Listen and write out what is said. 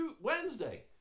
Wednesday